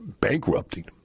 bankrupting